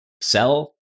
sell